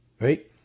right